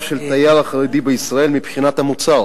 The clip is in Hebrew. של התייר החרדי בישראל מבחינת מוצר,